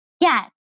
yes